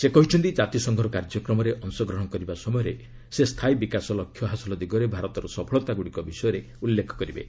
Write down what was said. ସେ କହିଛନ୍ତି ଜାତିସଂଘର କାର୍ଯ୍ୟକ୍ରମରେ ଅଂଶଗ୍ରହଣ କରିବା ସମୟରେ ସେ ସ୍ଥାୟୀ ବିକାଶ ଲକ୍ଷ୍ୟ ହାସଲ ଦିଗରେ ଭାରତର ସଫଳତାଗୁଡ଼ିକ ବିଷୟରେ ଉଲ୍ଲେଖ କରିବେ